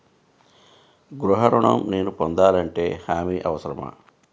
గృహ ఋణం నేను పొందాలంటే హామీ అవసరమా?